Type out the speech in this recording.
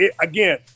again